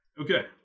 Okay